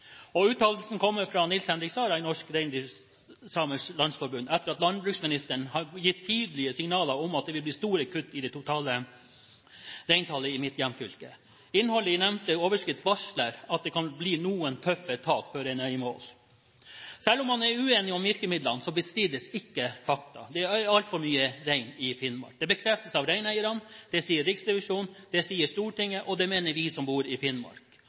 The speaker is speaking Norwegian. masseslakt» Uttalelsen kommer fra Nils Henrik Sara i Norske Reindriftssamers Landsforbund etter at landbruksministeren hadde gitt tydelige signaler om at det vil bli store kutt i det totale reintallet i mitt hjemfylke. Innholdet i nevnte overskrift varsler at det kan bli noen tøffe tak før en er i mål. Selv om man er uenig om virkemidlene, bestrides ikke fakta: Det er altfor mye rein i Finnmark. Det bekreftes av reineierne, det sier Riksrevisjonen, det sier Stortinget, og det mener vi som bor i Finnmark.